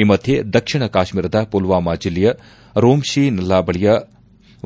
ಈ ಮಧ್ಯೆ ದಕ್ಷಿಣ ಕಾಶ್ಮೀರದ ಪುಲ್ವಾಮ ಜಿಲ್ಲೆಯ ರೋಮ್ಶಿ ನಲ್ಲಾ ಬಳಿಯ